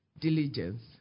diligence